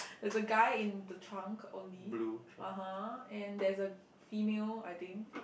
there is a guy in the trunk only (uh huh) and there is a female I think